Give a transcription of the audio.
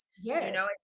Yes